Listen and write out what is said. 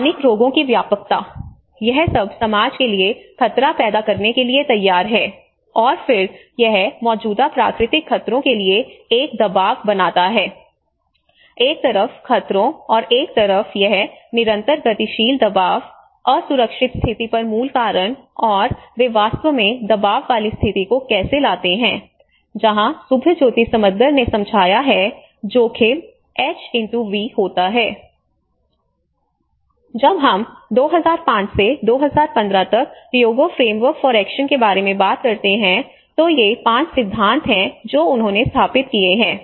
स्थानिक रोगों की व्यापकता यह सब समाज के लिए खतरा पैदा करने के लिए तैयार है और फिर यह मौजूदा प्राकृतिक खतरों के लिए एक दबाव बनाता है एक तरफ खतरों और एक तरफ यह निरंतर गतिशील दबाव असुरक्षित स्थिति पर मूल कारण और वे वास्तव में दबाव वाली स्थिति को कैसे लाते हैं जहां सुभज्योति समददर ने समझाया है जोखिम एच x वी जब हम 2005 से 2015 तक ह्योगो फ्रेमवर्क फॉर एक्शन के बारे में बात करते हैं तो ये 5 सिद्धांत हैं जो उन्होंने स्थापित किए हैं